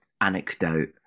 anecdote